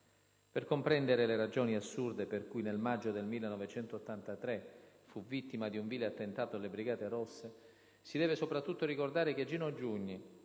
Per comprendere le ragioni assurde per cui nel maggio del 1983 fu vittima di un vile attentato delle Brigate Rosse, si deve soprattutto ricordare che Gino Giugni,